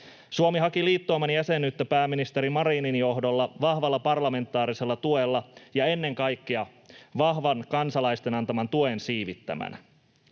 Suomi haki liittouman jäsenyyttä pääministeri Marinin johdolla, vahvalla parlamentaarisella tuella ja ennen kaikkea vahvan kansalaisten antaman tuen siivittämänä.